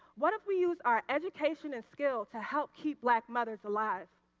what if we use our education and skills to help keep black mothers alive?